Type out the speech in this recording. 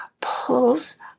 pulls